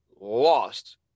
lost